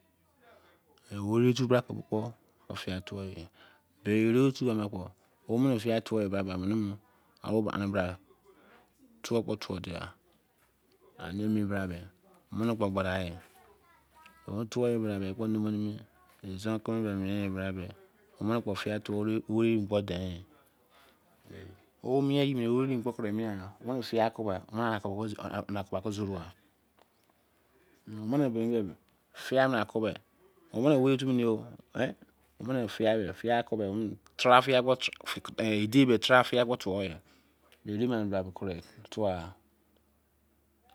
owei ofu brake me kpo fia tuo. bin ere tu ama kpo omene fia tuo doh ba. omene mu. ani. bra tuo kpo tuo dei ani emi bra me. gbafe kpo gbafe ya. Kpo numm me owil fia tuo me owei kpo dei ye mie ye kuro mi. mene fia kobo. gha aplia kpo zoro gha me ne fia akobe. mene owei tu wo, e fia tara fia kpo tuo, ye mie bra